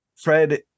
Fred